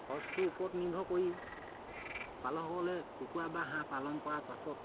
খৰচটোৰ ওপৰত নিৰ্ভৰ কৰি পালসকলে কুকুৰা বা হাঁহ পালন কৰাৰ পাছত